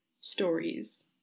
stories